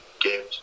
games